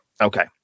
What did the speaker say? Okay